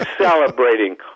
celebrating